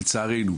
לצערנו,